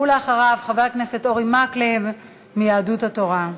ואחריו, חבר הכנסת אורי מקלב מיהדות התורה.